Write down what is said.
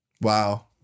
wow